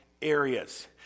areas